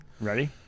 Ready